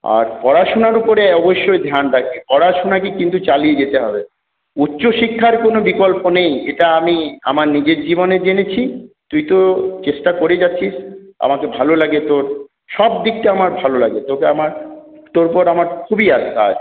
আর পড়াশুনার ওপরে অবশ্যই ধ্যান পড়াশুনাকে কিন্তু চালিয়ে যেতে হবে উচ্চশিক্ষার কোনো বিকল্প নেই এটা আমি আমার নিজের জীবনে জেনেছি তুই তো চেষ্টা করে যাচ্ছিস আমাকে ভালো লাগে তোর সবদিকটা আমার ভালো লাগে তোকে আমার তোর উপর আমার খুবই আস্থা আছে